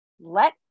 let